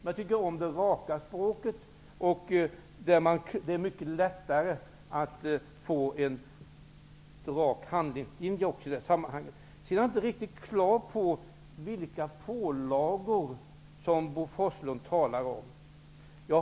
Jag tycker om det raka språket. Det är mycket lättare att då få en rak handlingslinje. Jag är inte riktigt klar över vilka pålagor som Bo Forslund talar om.